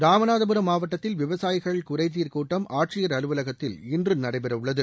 ராமநாதபுரம் மாவட்டத்தில் விவசாயிகள் குறைதீர் கூட்டம் ஆட்சியர் அலுவலகத்தில் இன்று நடைபெறவுள்ளது